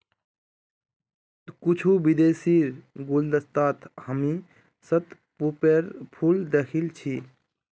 कुछू विदेशीर गुलदस्तात हामी शतपुष्पेर फूल दखिल छि